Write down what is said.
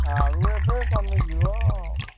ଆଳୁ ଏବେ କମିଯିବ